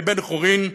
כבן חורין,